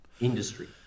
industry